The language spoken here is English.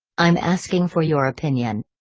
i'm asking for your opinion.